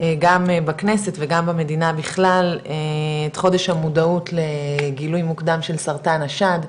גם בכנסת וגם במדינה בכלל את חודש המודעות לגילוי מוקדם של סרטן השד,